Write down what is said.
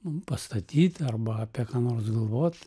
mum pastatyt arba apie ką nors galvot